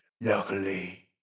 Luckily